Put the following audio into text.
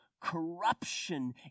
corruption